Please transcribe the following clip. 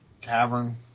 cavern